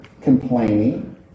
Complaining